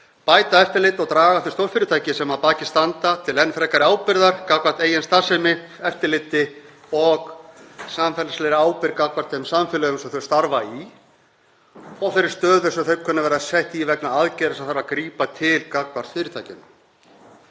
bæta eftirlit og draga þau stórfyrirtæki sem að baki standa til enn frekari ábyrgðar gagnvart eigin starfsemi, eftirliti og samfélagslegri ábyrgð gagnvart þeim samfélögum sem þau starfa í og þeirri stöðu sem þau kunna að vera sett í vegna aðgerða sem þarf að grípa til gagnvart fyrirtækjunum.